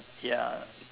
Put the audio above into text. ya